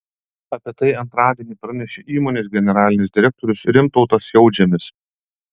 apie tai antradienį pranešė įmonės generalinis direktorius rimtautas jautžemis